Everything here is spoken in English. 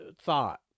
thought